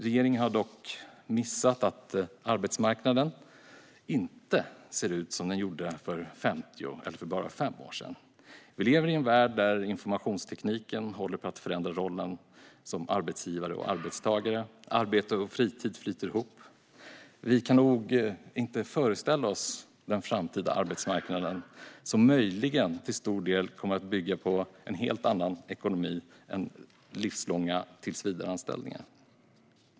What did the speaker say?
Regeringen har dock missat att arbetsmarknaden inte ser ut som den gjorde för 50 eller för bara 5 år sedan. Vi lever i en värld där informationstekniken håller på att förändra rollen som arbetsgivare och arbetstagare. Arbete och fritid flyter ihop. Vi kan nog inte föreställa oss den framtida arbetsmarknaden, som möjligen till stor del kommer att bygga på en helt annan ekonomi än livslånga tillsvidareanställningar.